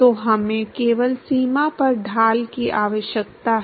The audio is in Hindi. तो हमें केवल सीमा पर ढाल की आवश्यकता है